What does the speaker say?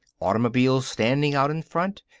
automobiles standing out in front.